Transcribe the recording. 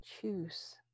choose